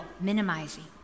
minimizing